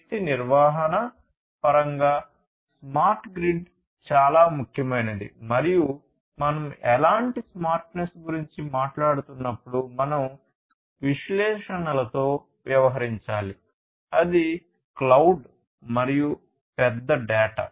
శక్తి నిర్వహణ పరంగా smart grid చాలా ముఖ్యమైనది మరియు మనం ఎలాంటి స్మార్ట్నెస్ గురించి మాట్లాడుతున్నప్పుడు మనం విశ్లేషణలతో వ్యవహరించాలి అది క్లౌడ్ మరియు పెద్ద డేటా